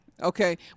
Okay